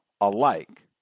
alike